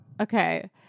okay